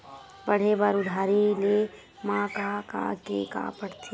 पढ़े बर उधारी ले मा का का के का पढ़ते?